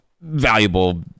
valuable